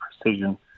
precision